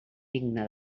digne